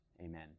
Amen